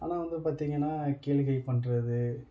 ஆனால் வந்து பார்த்திங்கன்னா கேளிகை பண்ணுறது